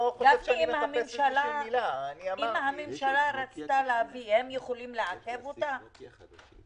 אם הממשלה רצתה להביא, הם יכולים לעכב אותה?